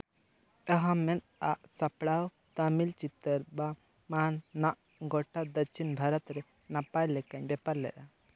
ᱟᱦᱚᱢᱮᱫᱼᱟᱜ ᱥᱟᱯᱲᱟᱣ ᱛᱟᱹᱢᱤᱞ ᱪᱤᱛᱟᱹᱨ ᱵᱟᱢᱟᱱᱟᱜ ᱜᱚᱴᱟ ᱫᱚᱠᱪᱷᱤᱱ ᱵᱷᱟᱨᱚᱛ ᱨᱮ ᱱᱟᱯᱟᱭ ᱞᱮᱠᱟᱭ ᱵᱮᱯᱟᱨ ᱞᱮᱜᱼᱟ